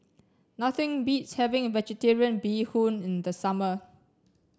nothing beats having vegetarian bee hoon in the summer